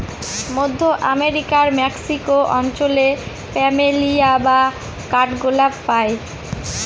মধ্য আমেরিকার মেক্সিকো অঞ্চলে প্ল্যামেরিয়া বা কাঠগোলাপ পাই